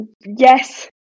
Yes